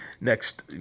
next